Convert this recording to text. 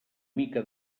mica